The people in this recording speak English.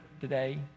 Today